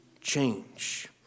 change